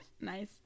nice